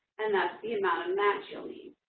and that's the amount of match you'll need.